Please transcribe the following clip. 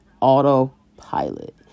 autopilot